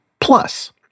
plus